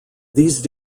these